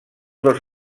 dos